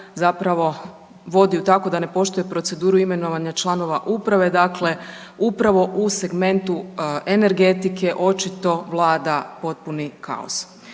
zapravo vodi ju tako da ne poštuje proceduru imenovanja članova uprave, dakle upravo u segmentu energetike očito vlada potpuni kaos.